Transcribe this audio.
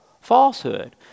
falsehood